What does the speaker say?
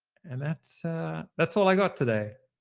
and that's ah that's all i got today.